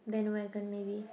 bandwagon maybe